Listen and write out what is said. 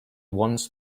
wants